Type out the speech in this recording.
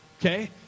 okay